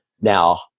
Now